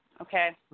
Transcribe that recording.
okay